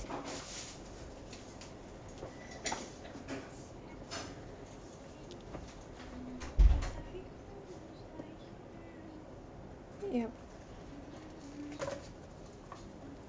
yup